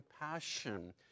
compassion